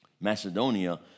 macedonia